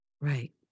Right